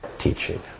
teaching